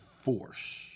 force